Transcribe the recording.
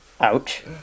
Ouch